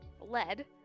lead